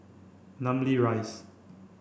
namly Rise